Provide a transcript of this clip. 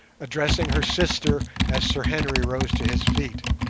addressing her sister as sir henry rose to his feet,